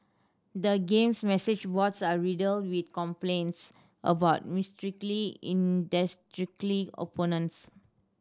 the game's message boards are riddled with complaints about mysteriously opponents